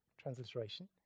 transliteration